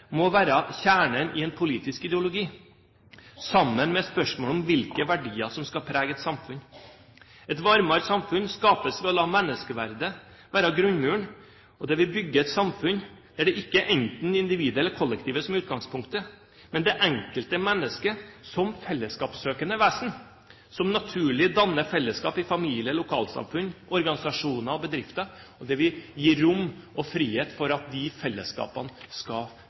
må være kjernen i en politisk ideologi sammen med spørsmålet om hvilke verdier som skal prege et samfunn. Et varmere samfunn skapes ved å la menneskeverdet være grunnmuren, og der vi bygger et samfunn der det ikke enten er individet eller kollektivet som er utgangspunket, men det enkelte mennesket som fellesskapssøkende vesen, som naturlig danner fellesskap i familie, lokalsamfunn, organisasjoner og bedrifter, og der vi gir rom og frihet for at de fellesskapene skal